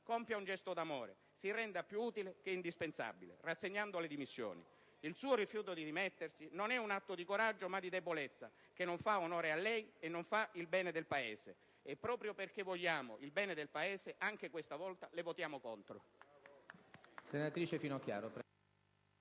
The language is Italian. compia un gesto di amore: si renda più utile che indispensabile, rassegnando le dimissioni. Il suo rifiuto di dimettersi non è un atto di coraggio ma di debolezza, che non fa onore a lei e non fa il bene del Paese. Proprio perché vogliamo il bene del Paese, anche questa volta le votiamo contro.